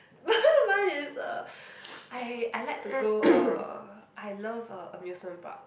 mine is uh I I like to go uh I love uh amusement park